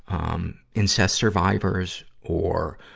um, incest survivors or,